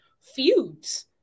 feuds